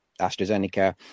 AstraZeneca